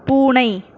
பூனை